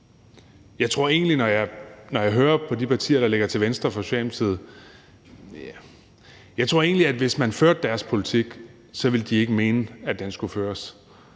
Socialdemokratiet, at hvis man førte deres politik, ville de ikke mene, at den skulle føres.